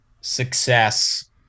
success